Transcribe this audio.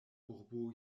urbo